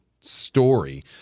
story